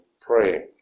praying